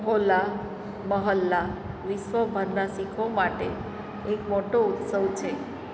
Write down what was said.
હોલા મહોલ્લા વિશ્વભરના શીખો માટે એક મોટો ઉત્સવ છે